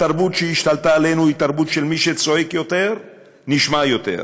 התרבות שהשתלטה עלינו היא תרבות של מי שצועק יותר נשמע יותר,